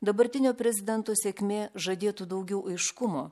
dabartinio prezidento sėkmė žadėtų daugiau aiškumo